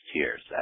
tears